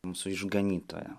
mūsų išganytoją